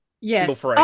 yes